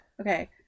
Okay